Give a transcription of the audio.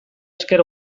esker